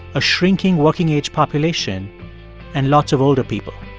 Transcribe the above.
a shrinking working-age population and lots of older people